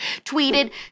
tweeted